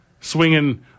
swinging